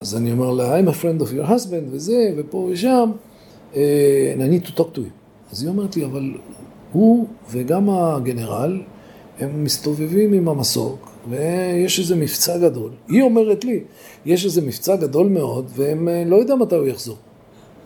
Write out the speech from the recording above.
אז אני אומר לה, I'm a friend of your husband, וזה, ופה ושם, and I need to talk to him. אז היא אומרת לי, אבל הוא וגם הגנרל, הם מסתובבים עם המסור, ויש איזה מבצע גדול. היא אומרת לי, יש איזה מבצע גדול מאוד, והם.. לא יודע מתי הוא יחזור.